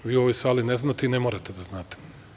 Vi u ovoj sali ne znate i ne morate da znate.